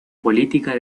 política